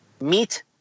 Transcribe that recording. meet